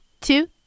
two